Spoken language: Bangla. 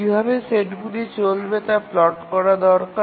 কীভাবে সেটগুলি চলবে তা প্লট করা দরকার